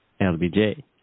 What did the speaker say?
LBJ